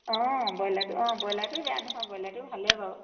অঁ ব্ৰইলাৰটো অঁ ব্ৰইলাৰটো বেয়া নহয় ব্ৰইলাৰটো ভালেই বাৰু